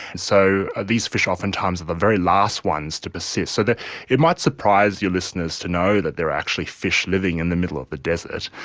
so these fish oftentimes are the very last ones to persist. so it might surprise your listeners to know that there actually fish living in the middle of the desert.